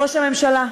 ראש הממשלה,